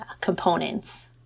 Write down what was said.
components